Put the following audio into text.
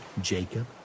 Jacob